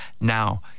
Now